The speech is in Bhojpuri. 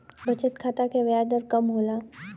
बचत खाता क ब्याज दर कम होला